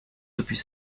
depuis